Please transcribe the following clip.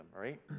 right